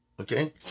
Okay